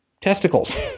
testicles